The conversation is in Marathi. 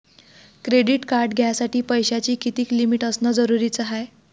क्रेडिट कार्ड घ्यासाठी पैशाची कितीक लिमिट असनं जरुरीच हाय?